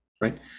Right